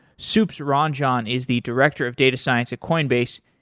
soups ranjan is the director of data science at coinbase.